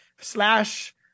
slash